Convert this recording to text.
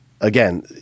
Again